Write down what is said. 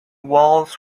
walls